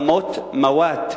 אדמות 'מוואת',